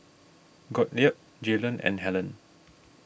Gottlieb Jaylon and Hellen